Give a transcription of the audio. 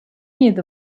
yedi